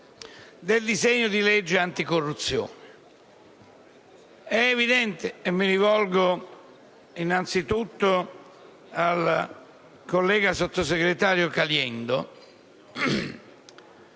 del disegno di legge anticorruzione. È evidente - e mi rivolgo innanzitutto al sottosegretario Caliendo